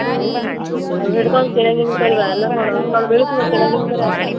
ତେବେ ସେଇଠି କ'ଣ କିଣା କିଣି କରିବା ନା କ'ଣ ମିଳୁଥିବ କିଣା କିଣି କରିବା ପାଇଁ